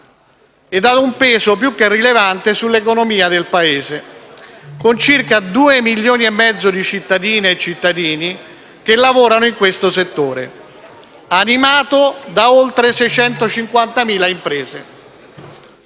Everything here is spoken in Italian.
e ha un peso più che rilevante sull'economia del Paese, con circa due milioni e mezzo di cittadine e cittadini che lavorano in questo settore, animato da oltre 650.000 imprese.